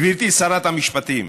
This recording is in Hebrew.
גברתי שרת המשפטים,